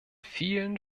vielen